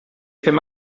fem